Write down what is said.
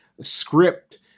script